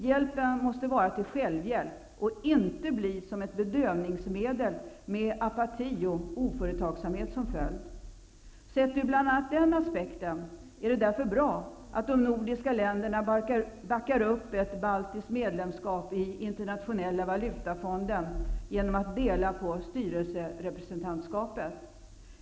Hjälpen måste vara till självhjälp och inte bli som ett bedövningsmedel med apati och oföretagsamhet som följd. Sett ur bl.a. den aspekten är det därför bra att de nordiska länderna backar upp ett baltiskt medlemskap i internationella valutafonden genom att dela på styrelserepresentantskapet.